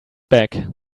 back